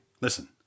listen